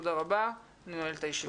תודה רבה, אני נועל את הישיבה.